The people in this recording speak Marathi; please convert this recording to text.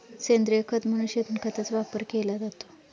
सेंद्रिय खत म्हणून शेणखताचा वापर केला जातो